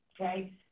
okay